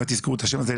תזכרו את השם הזה,